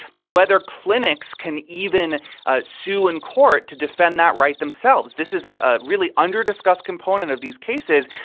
but whether clinics can even ah sue in court to defend that right themselves. this is ah a really under-discussed component of these cases.